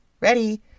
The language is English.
ready